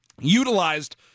utilized